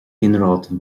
ginearálta